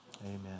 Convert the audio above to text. Amen